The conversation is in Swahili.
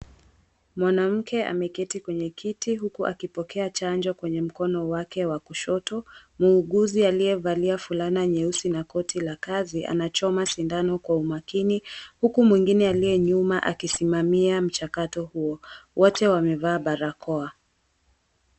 Mwanamke ameketi kwenye kiti huku akipokea chanjo kwenye mkono wake wa kushoto muuguzi aliyevalia fulana nyeusi na koti la kazi anachoma sindano kwa umakini huku mwengine aliye nyuma akisimamia mchakato huo wote wamevaa barakoa.